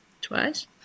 twice